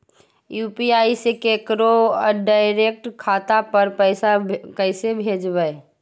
UPI से केकरो direct खाता पर पैसा कैसे भेजबै?